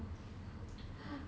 mm